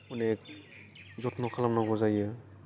अनेक जोथोन खालामनांगौ जायो